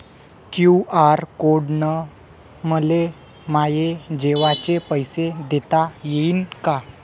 QR code न मले माये जेवाचे पैसे देता येईन का?